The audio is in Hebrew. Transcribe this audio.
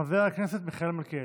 חבר הכנסת מיכאל מלכיאלי,